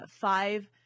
five